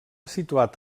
situat